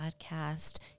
podcast